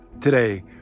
Today